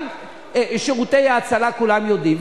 גם שירותי ההצלה כולם יודעים,